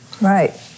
Right